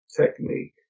technique